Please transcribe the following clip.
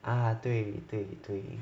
ah 对对对